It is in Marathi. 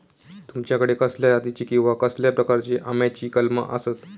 तुमच्याकडे कसल्या जातीची किवा कसल्या प्रकाराची आम्याची कलमा आसत?